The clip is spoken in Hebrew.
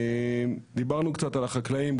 דיברנו קצת על החקלאים,